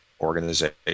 organization